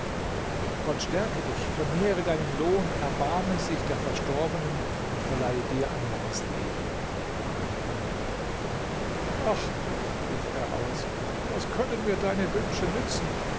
gott stärke dich vermehre deinen lohn erbarme sich der verstorbenen und verleihe dir ein langes leben war meine anrede ach rief er aus was können mir deine wünsche nützen